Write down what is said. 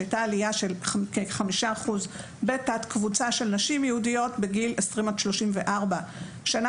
שהייתה עלייה של כ-5% בתת קבוצה של נשים יהודיות בגיל 20 עד 34. בשנה